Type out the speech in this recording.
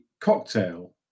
cocktail